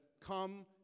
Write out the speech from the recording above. come